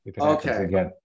Okay